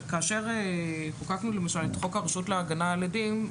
כאשר חוקקנו למשל את חוק הרשות להגנה על עדים,